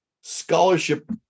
scholarship